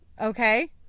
Okay